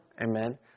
Amen